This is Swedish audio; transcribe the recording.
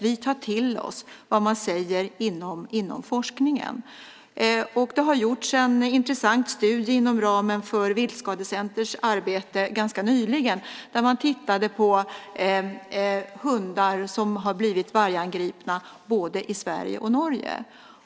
Vi tar till oss vad man säger inom forskningen. Det har gjorts en intressant studie inom ramen för Viltskadecenters arbete ganska nyligen där man tittade på hundar som har blivit vargangripna i Sverige och Norge.